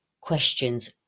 questions